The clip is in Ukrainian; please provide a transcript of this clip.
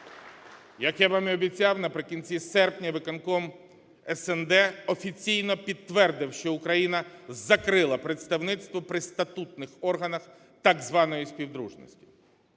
Як я вам і обіцяв, наприкінці серпні виконком СНД офіційно підтвердив, що Україна закрила представництво при статутних органах, так званої, співдружності.